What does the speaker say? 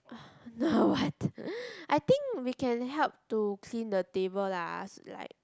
no what I think we can help to clean the table lah s~ like